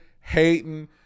hating